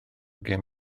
gêm